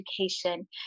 education